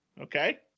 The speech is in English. Okay